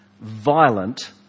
violent